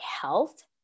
health